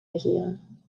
reageren